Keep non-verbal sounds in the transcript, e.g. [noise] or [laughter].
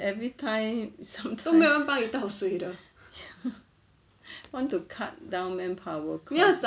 every time sometimes [laughs] ya want to cut down manpower cause